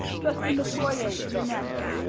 trustee metoyer, you're next.